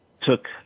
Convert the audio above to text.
took